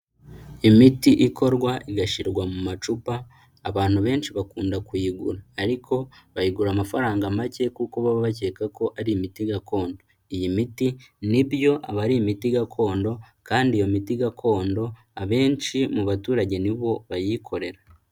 Imiti ikorwa igashyirwa mu macupa abantu benshi bakunda kuyigura, ariko bayigura amafaranga make kuko baba bakeka ko ari imiti gakondo, iyi miti ni byo aba ari imiti gakondo kandi iyo miti gakondo abenshi mu baturage nibo bayikorera.